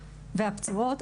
והפצועות,